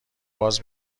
باز